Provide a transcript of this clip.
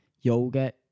yoga